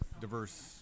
diverse